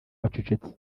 bacecetse